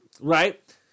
Right